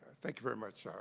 thank you very much. ah